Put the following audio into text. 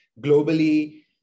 globally